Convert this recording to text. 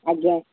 ଆଜ୍ଞା